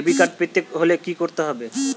Debit card পেতে হলে কি করতে হবে?